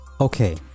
okay